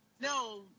No